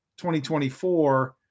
2024